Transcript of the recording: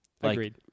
Agreed